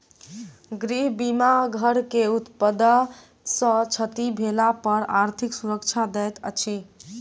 गृह बीमा घर के आपदा सॅ क्षति भेला पर आर्थिक सुरक्षा दैत अछि